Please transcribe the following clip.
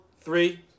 three